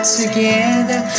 together